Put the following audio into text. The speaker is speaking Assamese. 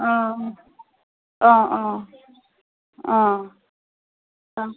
অঁ অঁ অঁ অঁ অঁ